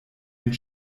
den